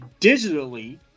digitally